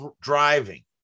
driving